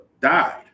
died